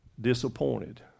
disappointed